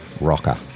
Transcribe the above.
rocker